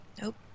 Nope